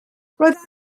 roedd